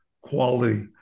quality